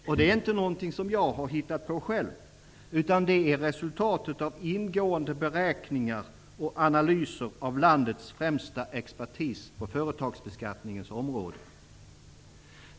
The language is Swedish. Detta är inte något som jag själv har hittat på, utan det är resultatet av ingående beräkningar och analyser av landets främsta expertis på företagsbeskattningens område.